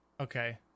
Okay